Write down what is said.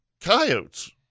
coyotes